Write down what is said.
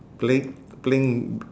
playing playing